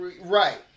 right